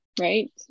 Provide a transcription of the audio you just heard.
right